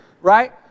right